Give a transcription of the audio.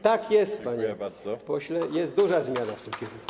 Tak jest, panie pośle, jest duża zmiana w tym kierunku.